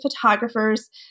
photographers